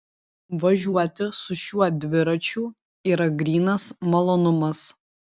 važiuoti su šiuo dviračiu yra grynas malonumas